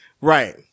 Right